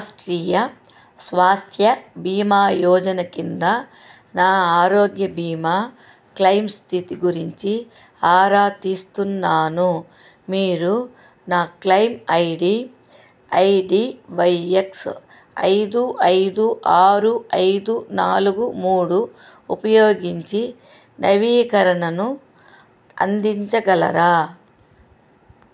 నేను రాష్ట్రీయ స్వాస్థ్య భీమా యోజన కింద నా ఆరోగ్య బీమా క్లెయిమ్ స్థితి గురించి ఆరా తీస్తున్నాను మీరు నా claim I D I D Y X ఐదు ఐదు ఆరు ఐదు నాలుగు మూడు ఉపయోగించి నవీకరణను అందించగలరా